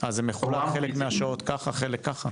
אז זה מחולק, חלק מהשעות ככה, חלק ככה?